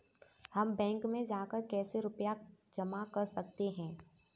हम बैंक में जाकर कैसे रुपया जमा कर सकते हैं?